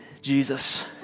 Jesus